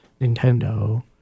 Nintendo